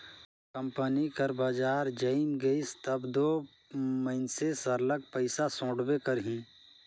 company कर बजार जइम गइस तब दो मइनसे सरलग पइसा सोंटबे करही